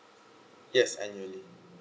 yes annually